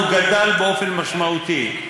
הוא גדל באופן משמעותי.